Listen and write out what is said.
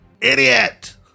Idiot